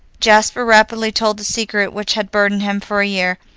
jasper rapidly told the secret which had burdened him for a year.